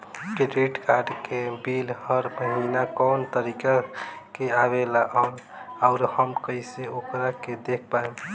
Credit card के bill हर महीना कौना तारीक के आवेला और आउर हम कइसे ओकरा के देख पाएम?